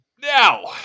Now